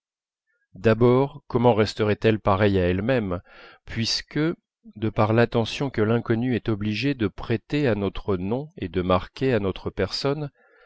d'abord comment resterait elle pareille à elle-même puisque de par l'attention que l'inconnue est obligée de prêter à notre nom et de marquer à notre personne